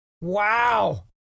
Wow